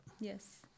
Yes